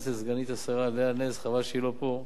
סגנית השר חברת הכנסת לאה נס, חבל שהיא לא פה,